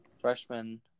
freshman